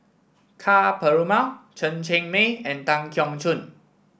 Ka Perumal Chen Cheng Mei and Tan Keong Choon